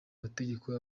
mategeko